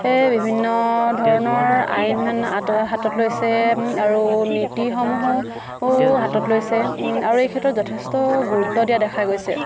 বিভিন্ন ধৰণৰ আইন হাতত লৈছে আৰু নীতিসমূহো হাতত লৈছে আৰু এই ক্ষেত্ৰত যথেষ্ট গুৰুত্ব দিয়া দেখা গৈছে